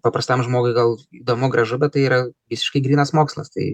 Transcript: paprastam žmogui gal įdomu gražu bet tai yra visiškai grynas mokslas tai